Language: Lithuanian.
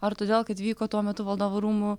ar todėl kad vyko tuo metu valdovų rūmų